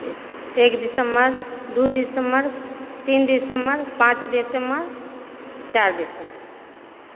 एक दिसम्बर दू दिसम्बर तीन दिसम्बर पाँच दिसम्बर चारि दिसम्बर